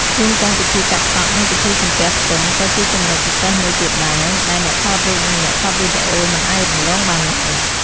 រួមទាំងពិធីកាត់សក់ និងពិធីសំពះផ្ទឹមក៏ជាចំណុចពិសេសមួយទៀតដែរ ដែលអ្នកថតរូបនិងអ្នកថតវីដេអូមិនអាចរំលងបានឡើយ។